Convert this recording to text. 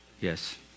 Yes